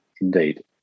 indeed